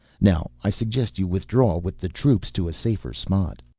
now i suggest you withdraw with the troops to a safer spot.